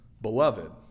beloved